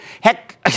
Heck